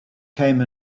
came